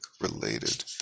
related